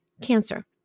cancer